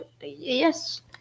Yes